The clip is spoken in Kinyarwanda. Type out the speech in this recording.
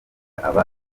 aba